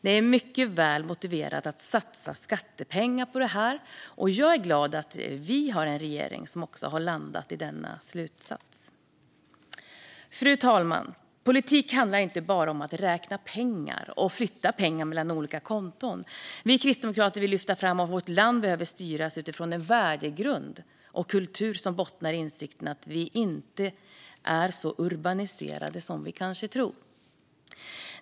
Det är mycket väl motiverat att satsa skattepengar på detta, och jag är glad att vi har en regering som också har landat i denna slutsats. Fru talman! Politik handlar inte bara om att räkna pengar och flytta dem mellan olika konton. Vi kristdemokrater vill lyfta fram att vårt land behöver styras utifrån en värdegrund och en kultur som bottnar i insikten att vi är inte så urbaniserade som vi kanske tror.